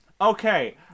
Okay